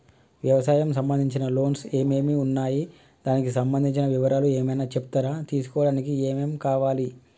వ్యవసాయం సంబంధించిన లోన్స్ ఏమేమి ఉన్నాయి దానికి సంబంధించిన వివరాలు ఏమైనా చెప్తారా తీసుకోవడానికి ఏమేం కావాలి?